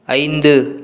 ஐந்து